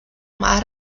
más